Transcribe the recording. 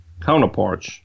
counterparts